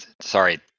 Sorry